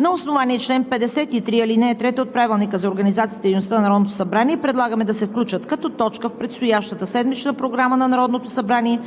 „На основание чл. 53, ал. 3 от Правилника за организацията и дейността на Народното събрание предлагаме да се включат като точка в предстоящата седмична програма на Народното събрание